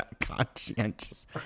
conscientious